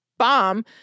bomb